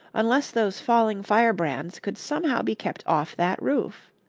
unless those falling firebrands could somehow be kept off that roof.